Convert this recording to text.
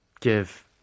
give